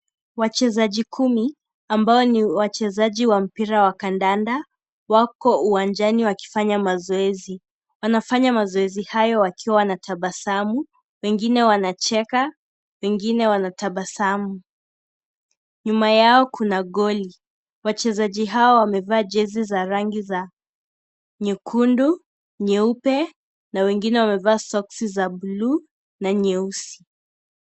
Wachezaji kumi ambao ni wachezaji wa mpira wa kandanda wako uwanjani wakifanya mazoezi wanafanya mazoezi hayo wakiwa wanatabasamu wengine wanacheka wengine wanatabasamu nyuma yao kuna goli wachezaji hao wamevaa jezi za rangi za nyekundu nyeupe na wengine wamevaa soksi za bluu na nyeusi.